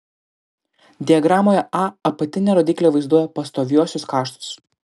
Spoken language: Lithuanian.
diagramoje a apatinė rodyklė vaizduoja pastoviuosius kaštus